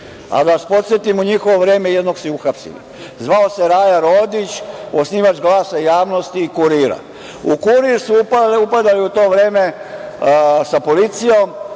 Da vas podsetim, u njihovo vreme jednog su i uhapsili. Zvao se Raja Rodić, osnivač „Glasa javnosti“ i „Kurira“.U „Kurir“ su upadali u to vreme sa policijom,